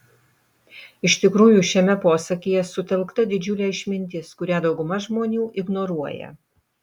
iš tikrųjų šiame posakyje sutelkta didžiulė išmintis kurią dauguma žmonių ignoruoja